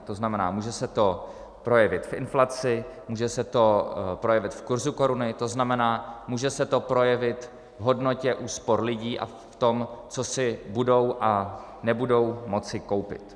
To znamená, může se to projevit v inflaci, může se to projevit v kurzu koruny, to znamená, může se to projevit v hodnotě úspor lidí a v tom, co si budou a nebudou moci koupit.